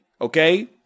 okay